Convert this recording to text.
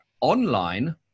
online